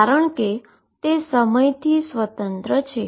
કારણ કે તે સમયથી ઈન્ડીપેન્ડન્ટ છે